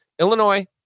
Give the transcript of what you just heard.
Illinois